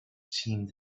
seemed